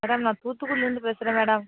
madam நான் தூத்துக்குடிலேருந்து பேசுகிறேன் மேடம்